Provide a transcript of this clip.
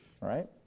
Right